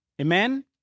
Amen